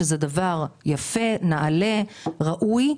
שזה דבר יפה וראוי,